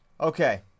Okay